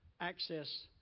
access